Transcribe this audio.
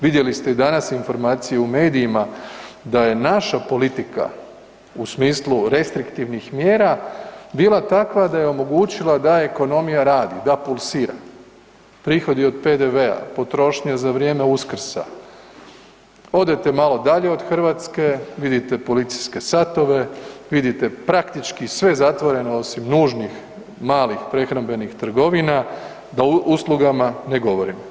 Vidjeli ste i danas informaciju u medijima da je naša politika u smislu restriktivnih mjera bila takva da je omogućila da ekonomija radi, da pulsira, prihodi od PDV-a, potrošnja za vrijeme Uskrsa, odete malo dalje od Hrvatske vidite policijske satove, vidite praktički sve zatvoreno osim nužnih malih prehrambenih trgovina, da o uslugama ne govorim.